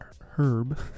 herb